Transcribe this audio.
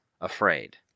afraid